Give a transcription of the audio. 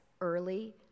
early